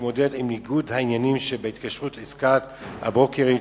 ולהתמודד עם ניגוד העניינים שבהתקשרות עסקת הברוקראז'